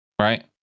Right